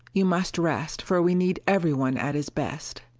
you must rest, for we need everyone at his best.